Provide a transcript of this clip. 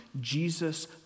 Jesus